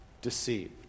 deceived